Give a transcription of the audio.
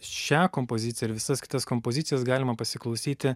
šią kompoziciją ir visas kitas kompozicijas galima pasiklausyti